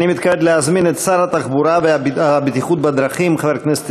אני מתכבד להזמין את שר התחבורה והבטיחות בדרכים חבר הכנסת